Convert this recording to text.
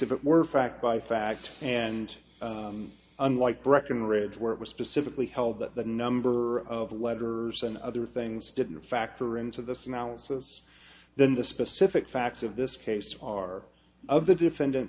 if it were fact by fact and unlike breckenridge where it was specifically held that the number of letters and other things didn't factor into this analysis then the specific facts of this case are of the defendant